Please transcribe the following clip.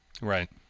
Right